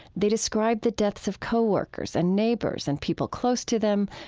they described the deaths of co-workers and neighbors and people close to them,